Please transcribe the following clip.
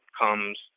comes